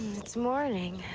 it's morning.